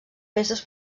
peces